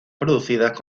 producidas